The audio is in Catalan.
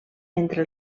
entre